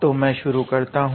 तो मैं शुरू करता हूँ